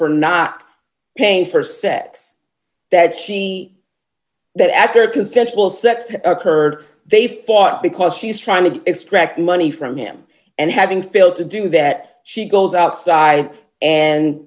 for not paying for sex that she that after consensual sex occurred they fought because she's trying to crack money from him and having failed to do that she goes outside and